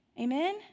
Amen